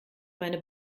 meine